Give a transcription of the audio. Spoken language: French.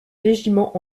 régiment